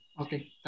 Okay